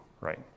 right